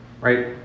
right